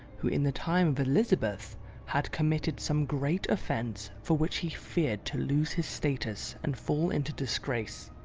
who in the time of elizabeth had committed some great offence, for which he feared to lose his status and fall into disgrace.